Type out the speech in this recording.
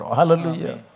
Hallelujah